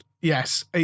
Yes